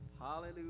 Hallelujah